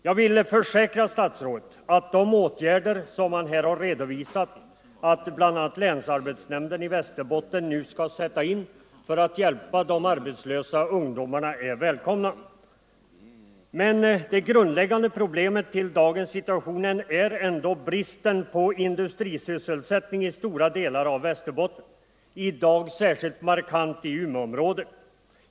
Jag vill försäkra statsrådet att de åtgärder, som han här redovisat att bl.a. länsarbetsnämnden i Västerbotten nu skall sätta in för att hjälpa de arbetslösa ungdomarna, de är välkomna. Men det grundläggande problemet i dagens situation är ändå bristen på industrisysselsättning i stora delar av Västerbotten, i dag särskilt markant i Umeåområdet.